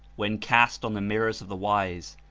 when cast on the mirrors of the wise,